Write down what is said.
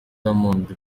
diamond